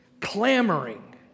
clamoring